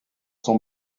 son